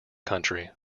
country